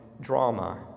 drama